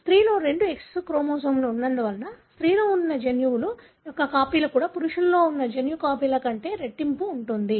స్త్రీలో రెండు X క్రోమోజోమ్లు ఉన్నందున స్త్రీలో ఉండే జన్యువు యొక్క కాపీలు కూడా పురుషులలో ఉన్న జన్యు కాపీల సంఖ్య కంటే రెట్టింపు ఉంటుంది